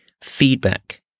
feedback